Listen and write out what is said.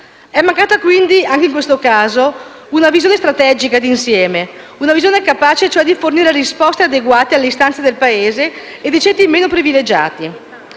È mancata quindi, anche in questo caso, una visione strategica e d'insieme, una visione capace cioè di fornire risposte adeguate alle istanze del Paese e dei ceti meno privilegiati.